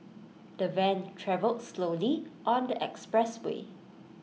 the van travelled slowly on the expressway